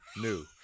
new